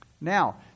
Now